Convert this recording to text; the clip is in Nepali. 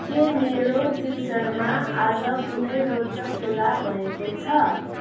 के मेरो ट्विटरमा आज कुनै रोचक कुरा भएको छ